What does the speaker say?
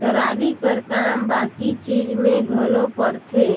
trolley कर काम बाकी चीज मे घलो परथे